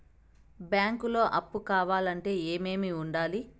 బ్యాంకులో అప్పు కావాలంటే ఏమేమి ఉండాలి?